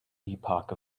epoch